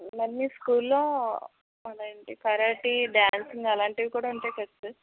మరి మీ స్కూల్లో అదేంటి కరాటే డ్యాన్సింగ్ అలాంటివి కూడా ఉంటాయి కదా సార్